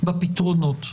בפתרונות.